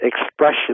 expression